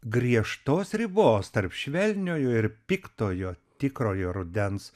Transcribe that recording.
griežtos ribos tarp švelniojo ir piktojo tikrojo rudens